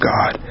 God